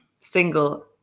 single